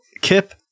Kip